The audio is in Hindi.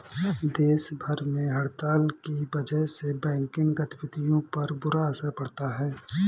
देश भर में हड़ताल की वजह से बैंकिंग गतिविधियों पर बुरा असर पड़ा है